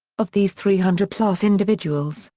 of these three hundred plus individuals,